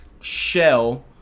shell